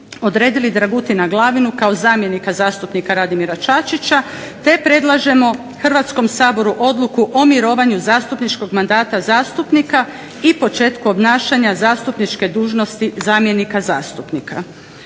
zamjenu Dragutina Glavinu kao zamjenika zastupnika Radimira Čačića, te predlažemo Hrvatskom saboru da donese Odluku o mirovanju zastupničkog mandata zastupnika Radimira Čačića i počeku obnašanja zastupničke dužnosti zamjenika zastupnika